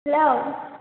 hello